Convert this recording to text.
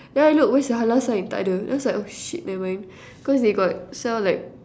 then I look where's the halal sign tak ada then I was like oh shit never mind cause they got sell like